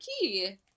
key